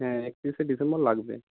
হ্যাঁ একত্রিশে ডিসেম্বর লাগবে